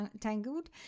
tangled